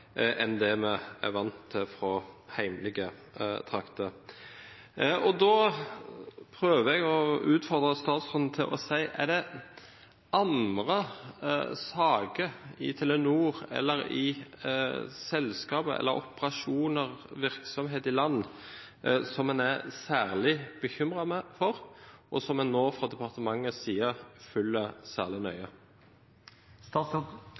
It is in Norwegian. enn det vi er vant til fra hjemlige trakter. Og da prøver jeg å utfordre statsråden til å si: Er det andre saker i Telenor eller i andre selskaper, operasjoner eller virksomheter i land som en er særlig bekymret for, og som en nå fra departementets side følger særlig